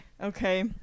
Okay